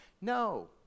No